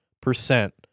percent